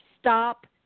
Stop